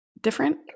different